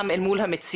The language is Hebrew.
גם אל מול המציאות,